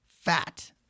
fat